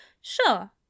Sure